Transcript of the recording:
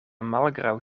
malgraŭ